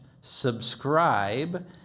subscribe